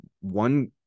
one